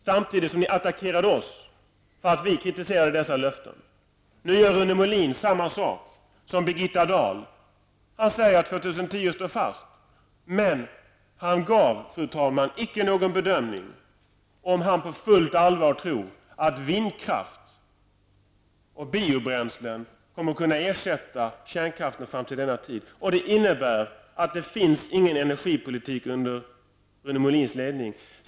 Samtidigt attackerade ni oss för att vi kritiserade dessa löften. Nu gör Rune Molin samma sak som Birgitta Dahl gjorde. Han säger att år 2010 står fast, men han gav, fru talman, icke någon bedömning om han på fullt allvar tror att vindkraft och biobränslen kommer att kunna ersätta kärnkraften fram till denna tidpunkt. Det innebär att det inte finns någon energipolitik under Rune Molins ledning.